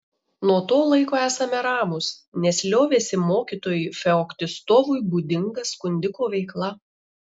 nuo to laiko esame ramūs nes liovėsi mokytojui feoktistovui būdinga skundiko veikla